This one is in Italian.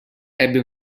ebbe